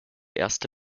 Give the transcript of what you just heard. erste